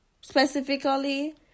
specifically